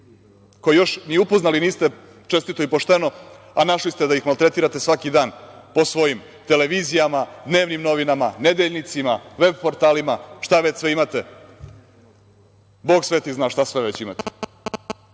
koje još ni upoznali niste čestito i pošteno, a našli ste da ih maltretirate svaki dan po svojim televizijama, dnevnim novinama, nedeljnicima, veb portalima, šta već sve imate, bog sveti zna šta sve već imate. Onda